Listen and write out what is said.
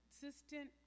consistent